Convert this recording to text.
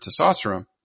testosterone